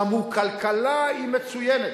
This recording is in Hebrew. אמרו: כלכלה היא מצוינת.